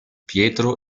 pietro